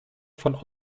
von